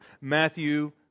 Matthew